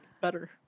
better